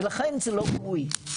ולכן זה לא ראוי.